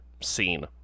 scene